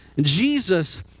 Jesus